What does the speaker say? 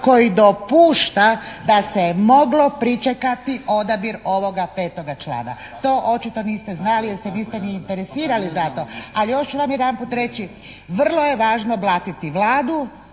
koji dopušta da se je moglo pričekati odabir ovoga petoga člana. To očito niste znali jer se niste ni interesirali za to a još ću vam jedanput reći vrlo je važno blatiti Vladu,